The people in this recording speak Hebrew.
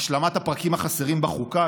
והשלמת הפרקים החסרים בחוקה.